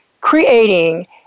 creating